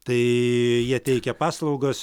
tai jie teikia paslaugas